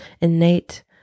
innate